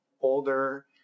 older